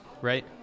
right